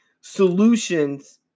solutions